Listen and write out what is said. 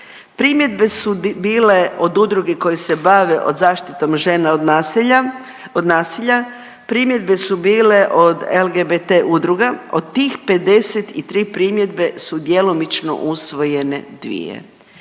primjedbe su bile od udruge koje se bave od zaštitom žena od naselja, od nasilja, primjedbe su bile od LGBT udruga, od tih 53 primjedbe su djelomično usvojene 2 i